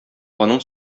аның